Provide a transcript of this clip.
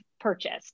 purchased